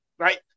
Right